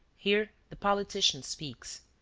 here the politician speaks.